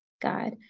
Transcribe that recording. God